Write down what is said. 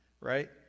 right